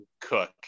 cook